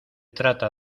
trata